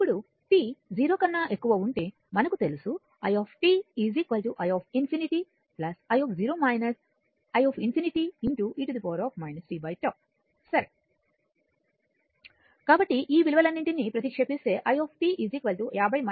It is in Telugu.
ఇప్పుడు t 0 కన్నా ఎక్కువ ఉంటే మనకు తెలుసుi i ∞ i i ∞ e tτ సరే కాబట్టి ఈ విలువలన్నింటినీ ప్రతిక్షేపిస్తే i 50 25 e 0